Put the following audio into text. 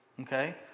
Okay